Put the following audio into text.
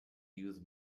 use